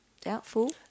Doubtful